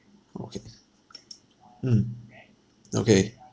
okay mm okay